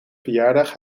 verjaardag